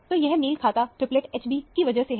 तो यह मेल खाता ट्रिपलेट Hb की वजह से है